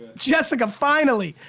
jessica, finally.